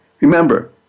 Remember